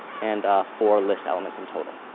and four list elements in total.